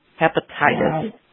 hepatitis